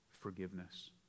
forgiveness